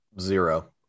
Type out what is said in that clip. Zero